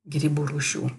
grybų rūšių